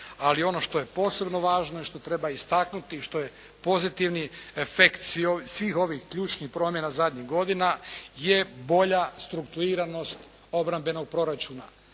ali ono što je posebno važno i što treba istaknuti i što je pozitivni efekt svih ovih ključnih promjena zadnjih godina je bolja strukturiranost obrambenog proračuna.